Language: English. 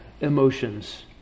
emotions